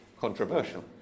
Controversial